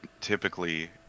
typically